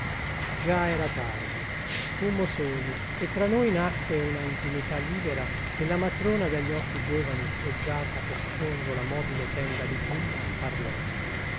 già era tardi fummo soli e tra noi nacque una intimità libera e la matrona dagli occhi giovani poggiata per sfondo la mobile tenda di trina parlò